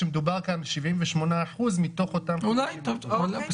כשמדובר כאן 78% מתוך אותם --- אם לא,